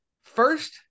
first